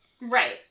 Right